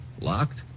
Locked